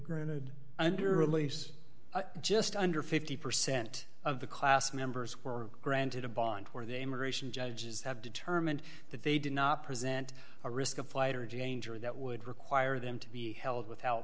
granted under release just under fifty percent of the class members were granted a bond or the immigration judges have determined that they did not present a risk of flight or jane during that would require them to be held without